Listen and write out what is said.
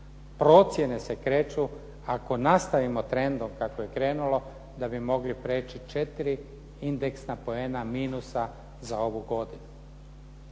procjene se kreću ako nastavimo trendom kako je krenulo da bi mogli preći 4 indeksna poena minusa za ovu godinu.